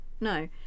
No